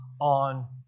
on